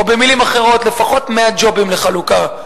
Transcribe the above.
או במלים אחרות לפחות 100 ג'ובים לחלוקה.